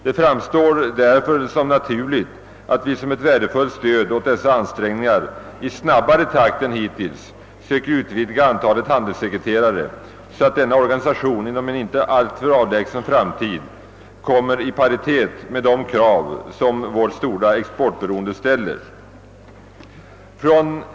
Det framstår därför som naturligt att vi som ett värdefullt stöd åt dessa ansträngningar i snabbare takt än hittills söker utöka antalet handelssekreterare, så att denna organisation inom en inte alltför avlägsen framtid kommer i paritet med de krav som vårt stora exportberoende ställer.